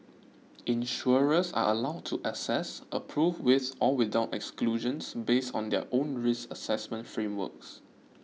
insurers are allowed to assess approve with or without exclusions based on their own risk assessment frameworks